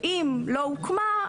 ואם היא לא הוקמה,